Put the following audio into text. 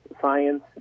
science